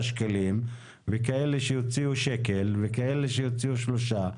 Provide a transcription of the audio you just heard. שקלים וכאלה שיוציאו שקל וכאלה שיוציאו שלושה.